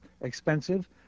expensive